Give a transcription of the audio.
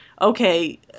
okay